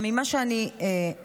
ממה שאני מבינה,